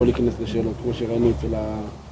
בואו ניכנס לשאלות, כמו שראינו אצל ה...